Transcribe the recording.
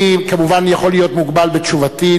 אני, כמובן, יכול להיות מוגבל בתשובתי.